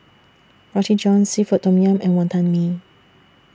Roti John Seafood Tom Yum and Wantan Mee